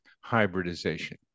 hybridization